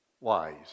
Wise